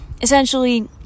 essentially